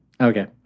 Okay